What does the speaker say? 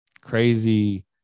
crazy